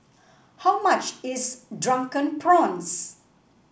how much is Drunken Prawns